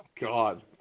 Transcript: God